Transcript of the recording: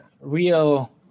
real